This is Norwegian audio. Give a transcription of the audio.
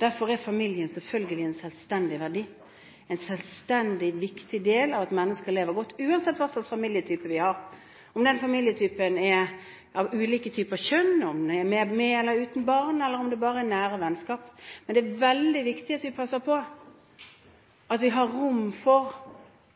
Derfor har familien selvfølgelig en selvstendig verdi. Familien er en selvstendig, viktig del av det at mennesket lever godt, uansett hva slags familietype man har, om den familietypen er av ulike typer kjønn, om den er med eller uten barn, eller om det bare er nære vennskap. Men det er veldig viktig at vi passer på at vi har rom for